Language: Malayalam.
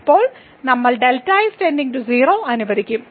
ഇപ്പോൾ നമ്മൾ Δx → 0 അനുവദിക്കും